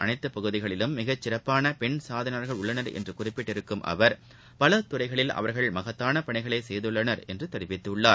அனைத்தபகுதிகளிலும் மிகச் சிறப்பானபெண் சாதனையாளர்கள் நாட்டின் உள்ளனர் என்றுகுறிப்பிட்டிருக்கும் பலதுறைகளில் அவர்கள் மகத்தானபணிகளைசெய்குள்ளனர் அவர் என்றுதெரிவித்துள்ளார்